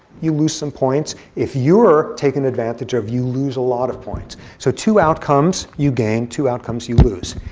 you lose some points. if you're taken advantage of, you lose a lot of points. so two outcomes you gain, two outcomes you lose.